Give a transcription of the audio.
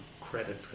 credit